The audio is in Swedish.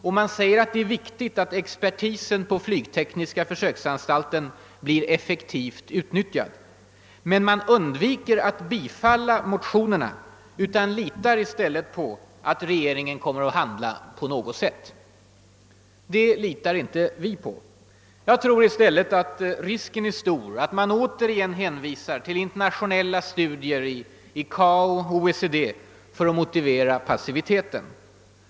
Man framhåller att det är viktigt att expertisen på flygtekniska försöksanstalten »blir effektivt utnyttjad». Men man undviker att tillstyrka motionerna och litar i stället på att regeringen kommer att handla på något sätt. De litar inte vi på. Vi tror i stället att risken är stor att man återigen hänvisar till internationella studier i ICAO och OECD för att motivera passiviteten.